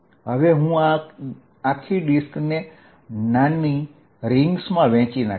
હવે હું આ આખી ડિસ્કને નાની રિંગ્સમાં વહેંચીશ